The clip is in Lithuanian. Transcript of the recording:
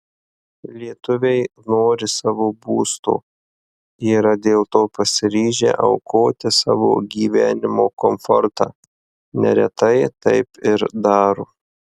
lietuviai nori savo būsto yra dėl to pasiryžę aukoti savo gyvenimo komfortą neretai taip ir daro